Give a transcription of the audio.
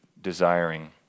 desiring